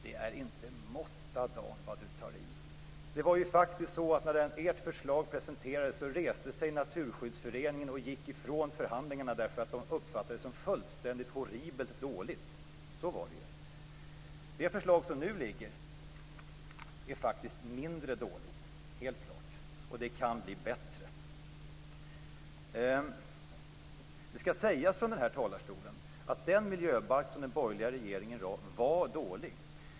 Det är ingen måtta på hur Dan tar i! Det var ju faktiskt så att när detta förslag presenterades reste sig Naturskyddsföreningen och gick ifrån förhandlingarna därför att man uppfattade det som fullständigt horribelt dåligt. Så var det ju! Det förslag som nu ligger är faktiskt mindre dåligt - helt klart. Det kan också bli bättre. Det skall sägas från den här talarstolen att den miljöbalk som den borgerliga regeringen lade fram var dålig.